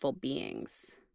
beings